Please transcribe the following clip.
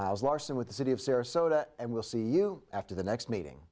miles larson with the city of sarasota and we'll see you after the next meeting